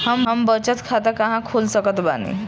हम बचत खाता कहां खोल सकत बानी?